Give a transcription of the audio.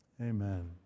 Amen